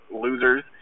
losers